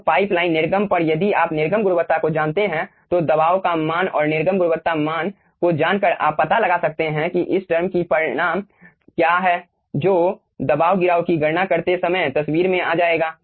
तो pipeline निर्गम पर यदि आप निर्गम गुणवत्ता को जानते हैं तो दबाव का मान और निर्गम गुणवत्ता मान को जानकर आप पता लगा सकते हैं कि इस टर्म का परिमाण क्या है जो दबाव गिराव की गणना करते समय तस्वीर में आ जाएगा